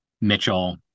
Mitchell